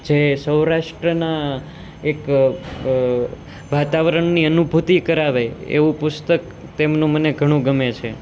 જે સૌરાષ્ટ્રના એક વાતાવરણની અનુભૂતિ કરાવે એવું પુસ્તક તેમનું મને ઘણું ગમે છે